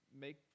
make